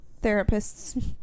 therapist's